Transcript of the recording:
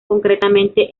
concretamente